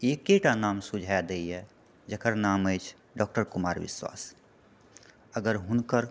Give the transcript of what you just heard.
एकेटा नाम सुझाए दैए जेकर नाम अछि डॉक्टर कुमार विश्वास अगर हुनकर